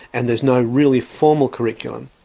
and there's no really formal curriculum.